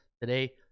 today